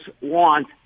want